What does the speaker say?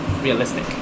realistic